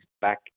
back